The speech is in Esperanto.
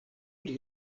pri